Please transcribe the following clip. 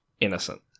innocent